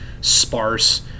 sparse